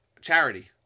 charity